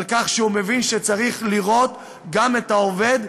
על כך שהוא מבין שצריך לראות גם את העובד,